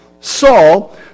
Saul